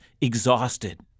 exhausted